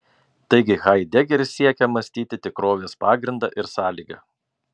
taigi haidegeris siekia mąstyti tikrovės pagrindą ir sąlygą